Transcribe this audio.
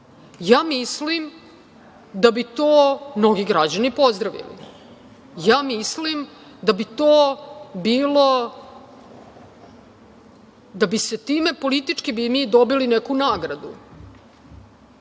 Ja mislim da bi to mnogi građani pozdravili. Ja mislim da bi time mi politički dobili neku nagradu,